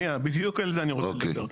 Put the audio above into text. בדיוק על זה אני רוצה לדבר.